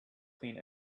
clean